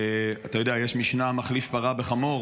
אתה יודע, יש משנה: מחליף פרה בחמור.